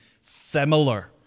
similar